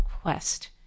quest